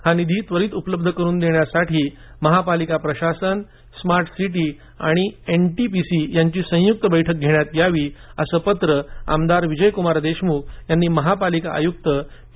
हा निधी त्वरित उपलब्ध करून देण्यासाठी महापालिका प्रशासन स्मार्ट सिटी आणि एनटीपीसी यांची संयुक्त बैठक घेण्यात यावी असं पत्र आमदार विजयक्मार देशम्ख यांनी महापालिका आय्क्त पी